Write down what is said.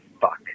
Fuck